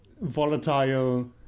volatile